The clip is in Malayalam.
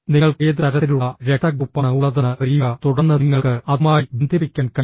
നിങ്ങൾക്ക് ഏത് തരത്തിലുള്ള രക്തഗ്രൂപ്പാണ് ഉള്ളതെന്ന് അറിയുക തുടർന്ന് നിങ്ങൾക്ക് അതുമായി ബന്ധിപ്പിക്കാൻ കഴിയും